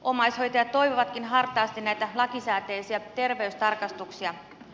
omaishoitajat toivovatkin hartaasti näitä lakisääteisiä terveystarkastuksia